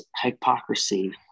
hypocrisy